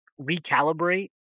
recalibrate